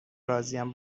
راضیم